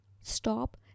stop